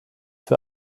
für